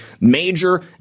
major